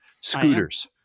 scooters